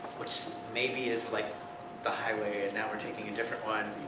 which maybe is like the highway and now we're taking a different one.